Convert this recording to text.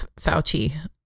Fauci